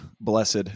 blessed